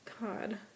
god